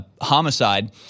homicide